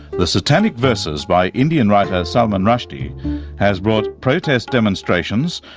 the satanic verses by indian writer salman rushdie has brought protest demonstrations,